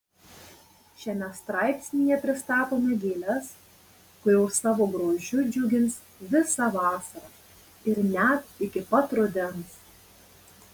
šiame straipsnyje pristatome gėles kurios savo grožiu džiugins visą vasarą ir net iki pat rudens